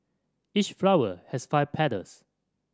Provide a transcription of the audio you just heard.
each flower has five petals